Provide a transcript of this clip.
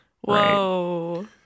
Whoa